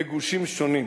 בגושים שונים.